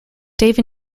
dave